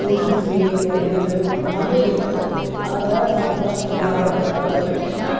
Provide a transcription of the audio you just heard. ಊದುದು ಹಿಂಗೆ ಒಲಿದ ಮೊದಲ್ ಇತ್ತು ಆದ್ರ ನಮ್ಮ ಪಶ್ಟ್ ಧಾರವಾಡಕ್ಕೆ ಬನ್ ತಕ್ಷಣ